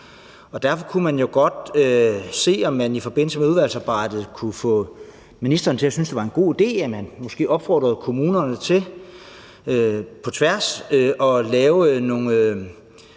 derfor kunne man jo godt se, om man i forbindelse med udvalgsarbejdet kunne få ministeren til at synes, at det var en god idé, at man måske opfordrede kommunerne til på tværs at lave nogle